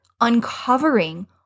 uncovering